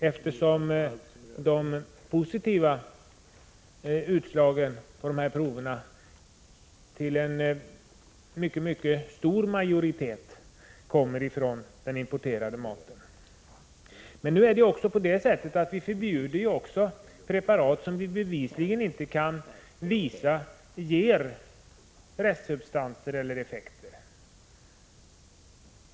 En mycket stor majoritet av de prover som ger positivt utslag kommer ju från den importerade maten. Men vi förbjuder också preparat beträffande vilka det inte kan bevisas att de ger restsubstanser eller skadliga effekter.